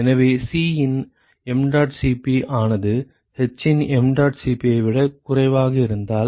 எனவே c இன் mdot Cp ஆனது h இன் mdot Cp ஐ விட குறைவாக இருந்தால்